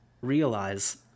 realize